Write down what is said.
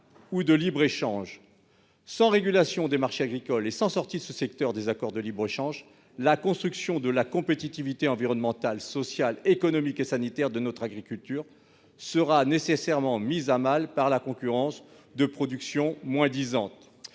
ou de libre-échange. Sans régulation des marchés agricoles et sans sortie de ce secteur des accords de libre-échange, la construction de la compétitivité environnementale, sociale, économique et sanitaire de notre agriculture sera nécessairement mise à mal par la concurrence de productions moins-disantes.